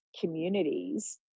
communities